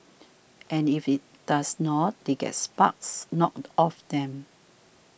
and if it does not they get sparks knocked off them